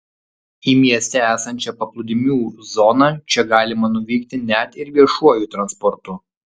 į mieste esančią paplūdimių zoną čia galima nuvykti net ir viešuoju transportu